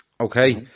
okay